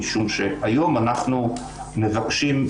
משום שהיום אנחנו מבקשים,